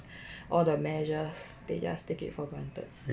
all the measures they just take it for granted